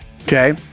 Okay